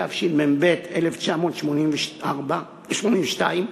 התשמ"ב 1982,